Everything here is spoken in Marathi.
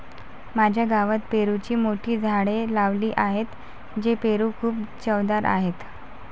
माझ्या गावात पेरूची मोठी झाडे लावली आहेत, हे पेरू खूप चवदार आहेत